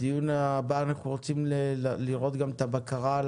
בדיון הבא אנחנו רוצים לראות גם את הבקרה על